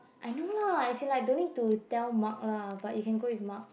I know lah as in like don't need to tell Mark lah but you can go with Mark